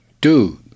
Dude